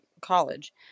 college